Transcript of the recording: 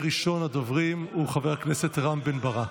ראשון הדוברים הוא חבר הכנסת רם בן ברק.